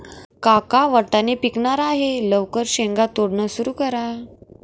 काका वाटाणे पिकणार आहे लवकर शेंगा तोडणं सुरू करा